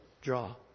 draw